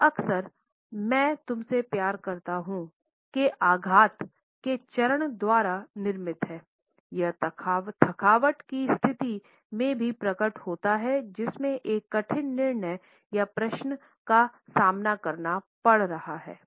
यह अक्सर मैं तुमसे प्यार करता हूँ के आघात के चरण द्वारा निर्मित होता है यह थकावट की स्थिति में भी प्रकट होता है जिसमे एक कठिन निर्णय या प्रश्न का सामना करना पड़ रहा है